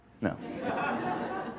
No